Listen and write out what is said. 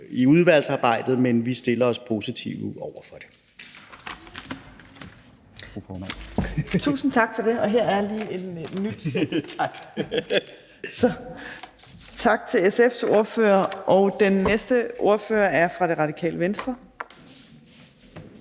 i udvalgsarbejdet, men vi stiller os positive over for det.